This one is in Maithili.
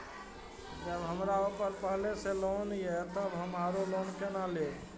जब हमरा ऊपर पहले से लोन ये तब हम आरो लोन केना लैब?